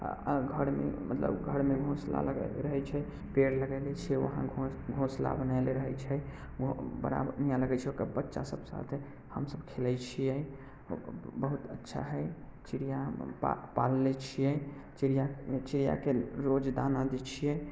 घरमे मतलब घरमे घोंसला लगयले रहैत छै पेड़ लगयने छियै वहाँ घों घोंसला बनयने रहैत छै वहाँ बड़ा बढ़िआँ लगैत छै ओकर बच्चासभ साथे हमसभ खेलैत छियै बहुत अच्छा हइ चिड़िया पा पालने छियै चिड़िया चिड़ियाके रोज दाना दैत छियै